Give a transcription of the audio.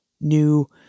new